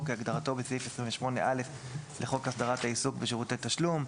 "כהגדרתו בסעיף 28(א) לחוק הסדרת העיסוק בשירותי תשלום".